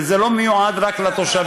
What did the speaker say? וזה לא מיועד רק לתושבים.